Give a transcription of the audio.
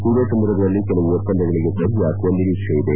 ಇದೇ ಸಂದರ್ಭದಲ್ಲಿ ಕೆಲವು ಒಪ್ಪಂದಗಳಿಗೆ ಸಹಿ ಹಾಕುವ ನಿರೀಕ್ಷೆಯಿದೆ